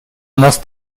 нас